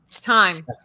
Time